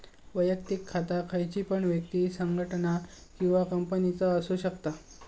वैयक्तिक खाता खयची पण व्यक्ति, संगठना किंवा कंपनीचा असु शकता